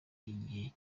igihe